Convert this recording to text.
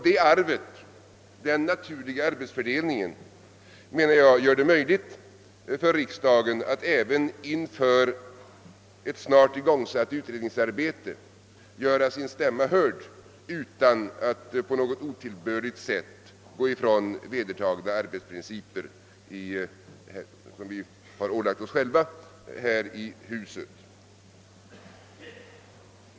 Detta arv, denna naturliga arbetsfördelning, gör det enligt min mening möjligt för riksdagen att även inför ett utredningsarbete som snart skall igångsättas göra sin stämma hörd utan att därmed på något otillbörligt sätt frångå de vedertagna arbetsprinciper som vi själva ålagt oss här i huset.